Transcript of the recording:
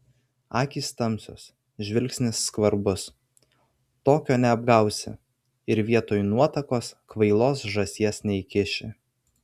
akys tamsios žvilgsnis skvarbus tokio neapgausi ir vietoj nuotakos kvailos žąsies neįkiši